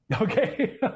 Okay